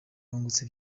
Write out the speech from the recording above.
bungutse